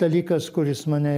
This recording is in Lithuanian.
dalykas kuris mane